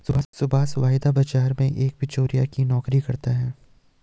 सुभाष वायदा बाजार में एक बीचोलिया की नौकरी करता है